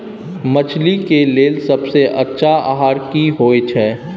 मछली के लेल सबसे अच्छा आहार की होय छै?